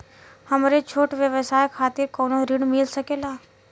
हमरे छोट व्यवसाय खातिर कौनो ऋण मिल सकेला?